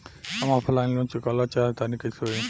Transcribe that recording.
हम offline loan चुकावल चाहऽ तनि कइसे होई?